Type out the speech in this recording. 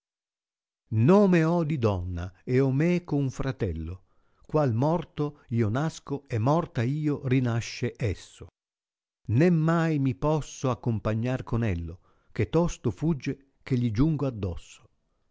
nome ho di donna ed ho meco un fratello qual morto io nasco e morta io rinasce esso né mai mi posso accompagnar con elio che tosto fugge che gli giungo addosso